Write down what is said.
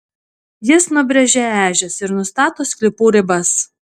jis nubrėžia ežias ir nustato sklypų ribas